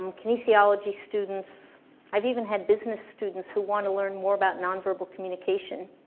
um kinesiology students i've even had business students who wanna learn more about non verbal communication